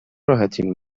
راحتین